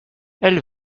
elle